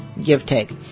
give-take